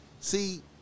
See